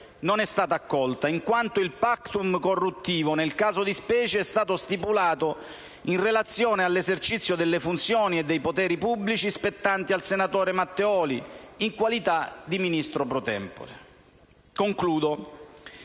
non è stata accolta, in quanto il *pactum* corruttivo nel caso di specie è stato stipulato in relazione all'esercizio delle funzioni e dei poteri pubblici spettanti al senatore Matteoli, in qualità di Ministro *pro tempore*.